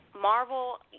Marvel